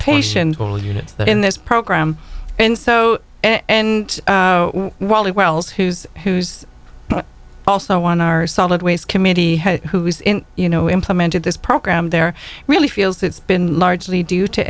patients will units that in this program and so and while the wells who's who's also on our solid waste committee who is in you know implemented this program there really feels it's been largely due to